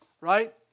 Right